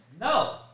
No